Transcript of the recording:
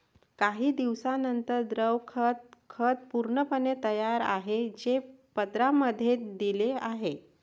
काही दिवसांनंतर, द्रव खत खत पूर्णपणे तयार आहे, जे पत्रांमध्ये दिले आहे